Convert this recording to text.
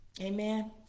amen